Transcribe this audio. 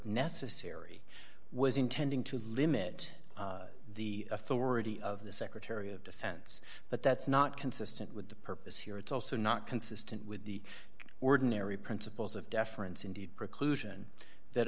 necessary was intending to limit the authority of the secretary of defense but that's not consistent with the purpose here it's also not consistent with the ordinary principles of deference indeed preclusion that